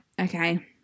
okay